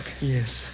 Yes